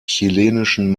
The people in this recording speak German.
chilenischen